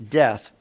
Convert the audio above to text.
death